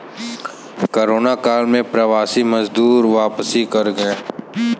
corona काल में प्रवासी मजदूर वापसी कर गए